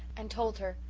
and told her,